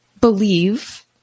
believe